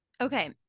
Okay